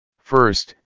First